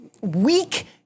weak